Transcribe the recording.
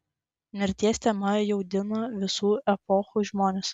mirties tema jaudino visų epochų žmones